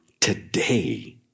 today